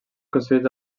construïts